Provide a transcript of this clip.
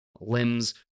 limbs